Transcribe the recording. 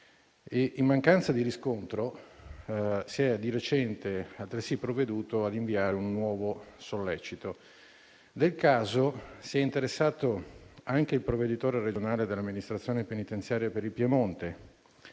in mancanza di riscontro, si è di recente altresì provveduto ad inviare un nuovo sollecito. Del caso si è interessato anche il provveditore regionale dell'amministrazione penitenziaria per il Piemonte,